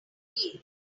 gate